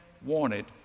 wanted